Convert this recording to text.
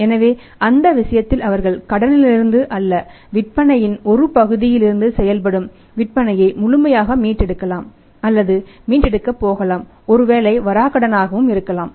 எனவே அந்த விஷயத்தில் அவர்கள் கடனிலிருந்து அல்லது விற்பனையின் ஒரு பகுதியிலிருந்து செய்யப்படும் விற்பனையை முழுமையாக மீட்டெடுக்கலாம் அல்லது மீட்டெடுக்கப் போகலாம் ஒருவேளை வராக்கடன் ஆகவும் இருக்கலாம்